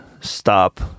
stop